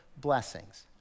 blessings